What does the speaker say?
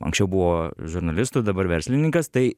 anksčiau buvo žurnalistu dabar verslininkas tai